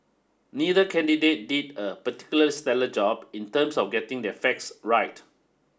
neither candidate did a particular stellar job in terms of getting their facts right